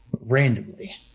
randomly